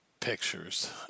pictures